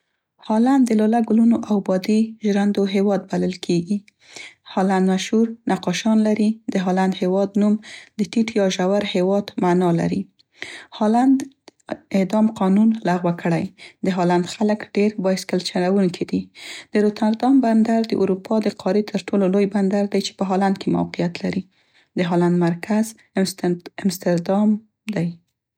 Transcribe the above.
هلند د لاله ګلونو او بادي ژرندو هیواد بلل کیږي. هالند مشهور نقاشان لري. د هالند هیواد نوم د ټيټ یا ژور هیواد معنا لري. هالند اعدام قانون لغو کړی. د هالند خلک ډیر بایسکل چلونکي دي. د روتردام بندر د اروپا د قارې تر ټولو لوی بندر دی چې په هالند کې موقعیت لري. د هلند مرکز امستردام دی.